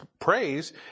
praise